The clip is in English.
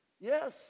Yes